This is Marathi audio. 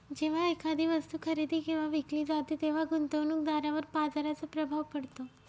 जेव्हा एखादी वस्तू खरेदी किंवा विकली जाते तेव्हा गुंतवणूकदारावर बाजाराचा प्रभाव पडतो